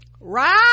Right